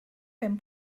pen